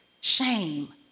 shame